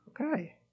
Okay